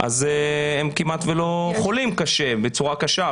הם כמעט ולא חולים בצורה קשה,